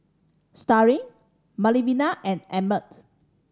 Starling Melvina and Emmett